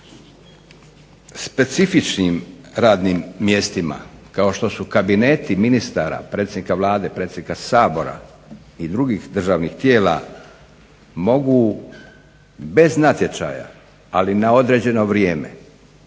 specifičnim radnim mjestima kao što su kabineti ministara, predsjednika Vlade, predsjednika Sabora i drugih državnih tijela mogu bez natječaja ali na određeno vrijeme